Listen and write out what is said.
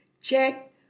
Check